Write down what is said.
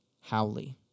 Howley